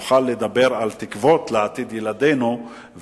ונוכל לדבר על תקוות לעתיד ילדינו,